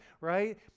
right